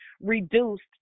reduced